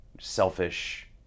selfish